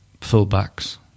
full-backs